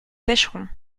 pêcherons